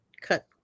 cut